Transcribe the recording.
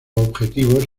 objetivos